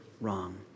wrong